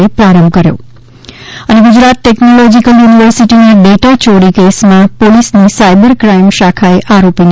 એ પ્રારંભ કર્યો ગુજરાત ટેકનોલોજીક્લ યુનીવર્સીટીના ડેટા ચોરી કેસ માં પોલિસ ની સાયબર ક્રાઈમ શાખાએ આરોપી ને